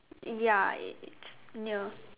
ya it's near